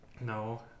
no